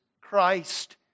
Christ